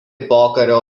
pokario